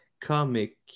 comic